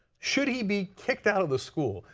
should he be kicked out of the school?